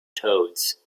toads